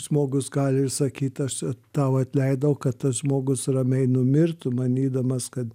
žmogus gali ir sakyt aš tau atleidau kad tas žmogus ramiai numirtų manydamas kad